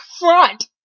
front